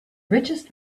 richest